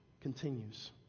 continues